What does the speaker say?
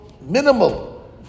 minimal